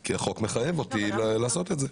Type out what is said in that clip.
כי החוק מחייב אותי לעשות את זה.